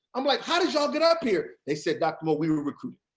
i'm like, how did you all get up here? they said, dr. moore, we were recruited.